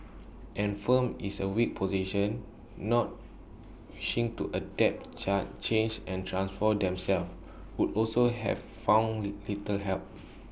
and firms is A weak position not wishing to adapt change and transform themselves would also have found little help